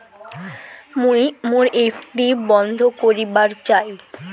মুই মোর এফ.ডি বন্ধ করিবার চাই